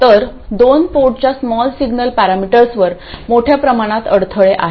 तर दोन पोर्टच्या स्मॉल सिग्नल पॅरामीटर्सवर मोठ्या प्रमाणात अडथळे आहेत